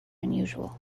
unusual